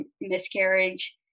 miscarriage